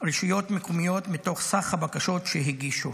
רשויות מקומיות מתוך סך הבקשות שהגישו.